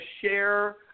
share